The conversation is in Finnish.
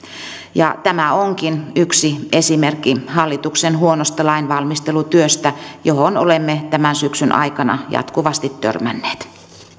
tämä onkin yksi esimerkki hallituksen huonosta lainvalmistelutyöstä johon olemme tämän syksyn aikana jatkuvasti törmänneet